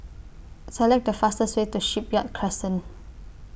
Select The fastest Way to Shipyard Crescent